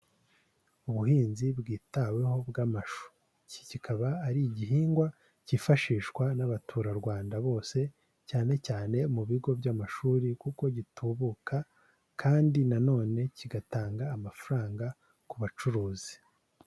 Ubuhinzi bwitaweho bw'amashu, iki kikaba ari igihingwa cyifashishwa n'abaturarwanda bose cyane cyane mu bigo by'amashuri kuko gitubuka kandi na none kigatanga amafaranga ku bacuruzi.